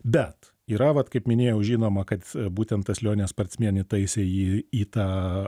bet yra vat kaip minėjau žinoma kad būtent tas lionė sparcmėn įtaisė jį į tą